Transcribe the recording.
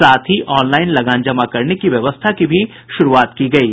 साथ ही ऑनलाईन लगान जमा करने की व्यवस्था की भी शुरूआत की गयी